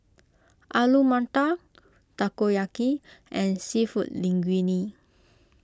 Alu Matar Takoyaki and Seafood Linguine